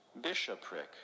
bishopric